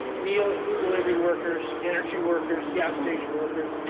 meal and food delivery workers, energy workers, gas station workers,